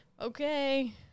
Okay